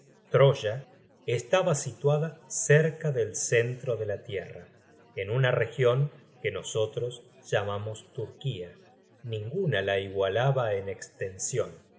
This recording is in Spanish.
troya estaba situada cerca del centro de la tierra en una region que nosotros llamamos turquía ninguna la igualaba en estension